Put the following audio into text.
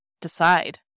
decide